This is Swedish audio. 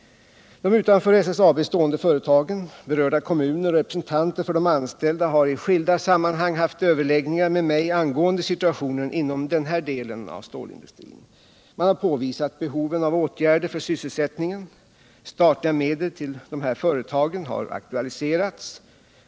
De utanför SSAB stående företagen, berörda kommuner och representanter för de anställda har i skilda sammanhang haft överläggningar med mig angående situationen inom denna del av stålindustrin. Man har påvisat behoven av åtgärder för sysselsättningen. Statliga medel till dessa företag har aktualiserats.